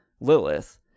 Lilith